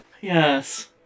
Yes